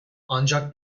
ancak